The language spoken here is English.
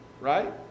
Right